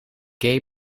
gay